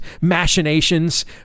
machinations